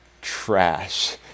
trash